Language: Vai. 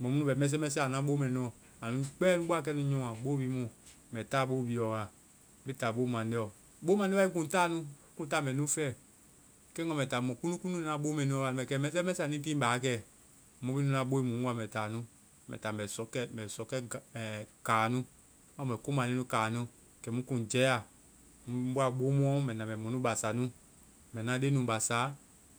mɔ mu nu bɛ mɛsɛmɛsɛ, anua bo mɛ nuɔ. Anu kpɛɛ nu bɔa kɛ nyɔ a bo bi nunuɔ. Mɛ ta bo biɔ wa. Me ta bo mandeɔ. Bo mande wae, ŋ kuŋ ta nu. Ŋ kuŋ ta mɛ nu fɛ. Kɛ ŋ wa mɛ ta mɔ kundukundu mɛ nu a bo mɛ nuɔ wa ke. Anu gbi bɛ mɛsɛmɛsɛ. Anu gbi laŋ kɛ. Mɔ mɛ nu nu a bɔe mu ŋ wa mɛ ta nu. Mɛ taa mɛ sɔkɛ-mɛ sɔkɛ kaa nu. Ŋ wa mɛ ko mande nu ka nu kɛmu ŋ kuŋ jɛa. Ŋ bɔa bo muɔ, mɛ na mɛ mɔnu basaa nu. Mɛ na leŋ bassa